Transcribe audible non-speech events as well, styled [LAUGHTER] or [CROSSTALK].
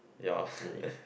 ya [BREATH]